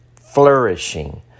flourishing